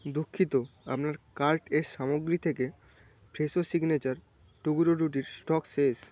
দুঃখিত আপনার কার্টের সামগ্রী থেকে ফ্রেশো সিগনেচার টুকরো রুটির স্টক শেষ